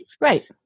Right